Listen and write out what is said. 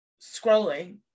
scrolling